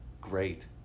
Great